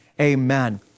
amen